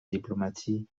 diplomatie